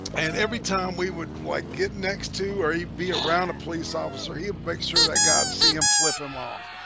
and every time we would like get next to or he'd be around a police officer he would make sure that god see him flip him off.